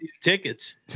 tickets